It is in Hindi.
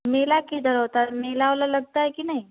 मेला किधर होता है मेला उला लगता है कि नहीं